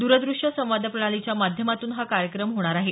द्रदृश्य संवाद प्रणालीच्या माध्यमातून हा कार्यक्रम होणार आहे